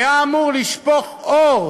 היה אמור לשפוך אור